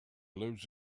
lives